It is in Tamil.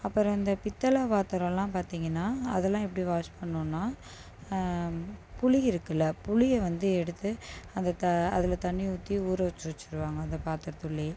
அப்புறம் இந்த பித்தளை பாத்திரம்லாம் பார்த்தீங்கன்னா அதெல்லாம் எப்படி வாஷ் பண்ணனுன்னால் புளி இருக்குல்ல புளியை வந்து எடுத்து அந்த தா அதில் தண்ணியை ஊற்றி ஊற வச்சு வச்சிடுவாங்க அந்த பாத்திரத்துள்ளேயே